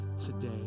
today